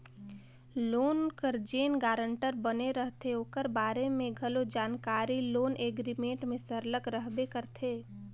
loan कर जेन guarantor बने रहथे ओकर बारे में घलो जानकारी लोन एग्रीमेंट में सरलग रहबे करथे